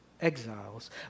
exiles